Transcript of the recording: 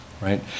Right